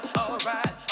alright